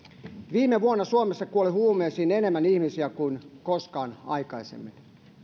viime vuonna suomessa kuoli huumeisiin enemmän ihmisiä kuin koskaan aikaisemmin